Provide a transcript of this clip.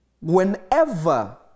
whenever